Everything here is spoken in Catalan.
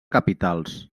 capitals